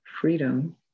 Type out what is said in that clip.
freedom